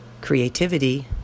creativity